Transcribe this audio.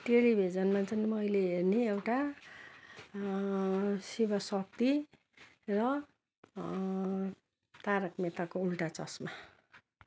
टेलिभिजनमा चाहिँ मैले हेर्ने एउटा शिव शक्ति र तारक मेहताको उल्टा चस्मा